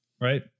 Right